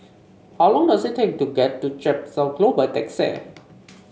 how long does it take to get to Chepstow Close by taxi